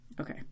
Okay